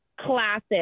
classic